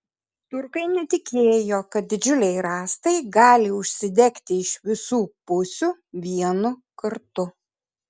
turkai netikėjo kad didžiuliai rąstai gali užsidegti iš visų pusių vienu kartu